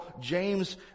James